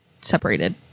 separated